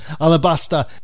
alabaster